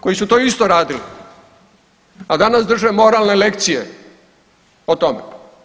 Koji su to isto radili, a danas drže moralne lekcije o tome.